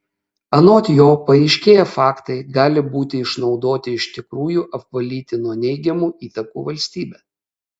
anot jo paaiškėję faktai gali būti išnaudoti iš tikrųjų apvalyti nuo neigiamų įtakų valstybę